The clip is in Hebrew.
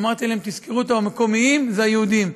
אמרתי להם: תזכרו טוב, המקומיים זה היהודים.